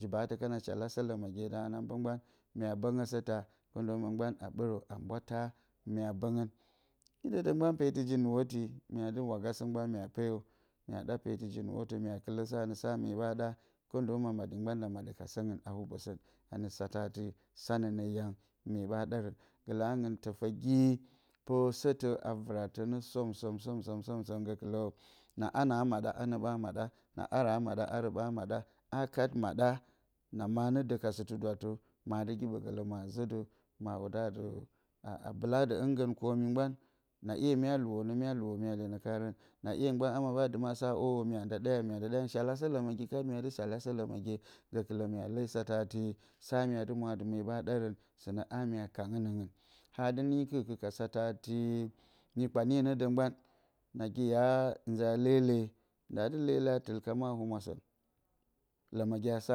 Ji baatǝ kana shalasǝ lǝmǝgye darǝn a mbǝ mgban, mya bǝngǝsǝ taa. ndo ma mgban a ɓǝrǝ a mbwa taa mya bǝngǝn. Itǝ dǝ mgban peda ji nuwoti, mya dɨ wagasǝ mgban mya peyo. mya ɗa petɨ ji nuwotǝ mya kɨlǝsǝ a nǝ sa mye ɓa ɗa. ndo ma shi mgban nda maɗǝ ka sǝngɨn hubosǝn a nǝ satǝ atɨ, sanǝ nǝ yang mye ɓa ɗarǝn. Gǝlǝ angɨn, tǝfǝgi pǝrǝsǝtǝ a vɨratǝ nǝ som-som, som-som som-som gǝkɨlǝ na anǝ aa maɗa anǝ ɓa maɗa. Na arǝ aa maɗa, arǝ ɓa maɗa. A kat maɗa, na ma nǝ dǝ ka sɨtɨ dwattǝ, ma dɨ giɓǝ gǝlǝ ma zǝ dǝ. ma wudǝ a dɨ bɨla dǝ hɨngǝn kormi mgban. Na 'ye mya luwo nǝ mya luwo mya lyenǝ karǝn. na 'ye mgban ama ɓa dɨma a sa, ǝ'ǝ mya nda ɗa yang mya, shalasǝ lǝmǝgi kat mya dɨ shalasǝ lǝmǝgye. Gǝkɨlǝ mya le satǝ atɨ, sa mya dɨ mwo a dɨ mya ɗarǝn. sɨnǝ a mya kanǝ nǝngɨn. Haa dɨ nɨnyi kɨr-kɨr ka satǝ atɨ, mi kpanye nǝ dǝ mgban. nagi ya nze a lele, ndaa dɨ lele a tɨlka ma a humwa sǝn. Lǝmǝgye a sa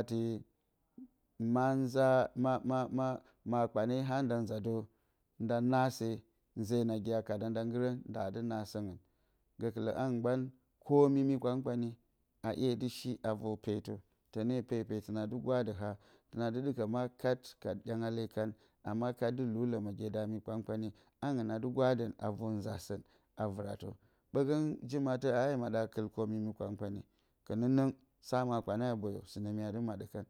atɨ, makpane a nda nza dǝ, nda n se, nze nagi a kada nda nggɨrǝn. ndaa dɨ a sǝngɨn. Gǝkɨlǝ angɨn mgban, kormɨ mi kpan-kpanye a 'ye dɨ shi a vor peetǝ. tǝne pepe. Tǝna dɨ gwadǝha mya dɨ ɗɨkǝ ma kat ka ɗyangale kan a ma kat dɨ luu lǝmǝgye da myi kpan-kpanye angɨn a dɨ gwa dǝn a vor nza sǝn a vɨratǝ. Ɓǝgǝng, ji-mattǝ aa yǝ maɗǝ a kɨl kormi mi kpan-kpanye. kɨnɨnɨng, sa makpane a boyo, sɨnǝ mya dɨ madǝ kan.